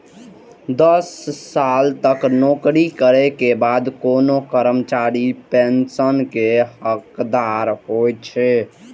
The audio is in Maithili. दस साल तक नौकरी करै के बाद कोनो कर्मचारी पेंशन के हकदार होइ छै